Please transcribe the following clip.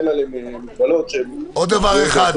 אין עליהם מגבלות --- עוד דבר אחד,